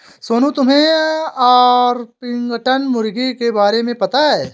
सोनू, तुम्हे ऑर्पिंगटन मुर्गी के बारे में पता है?